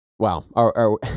Wow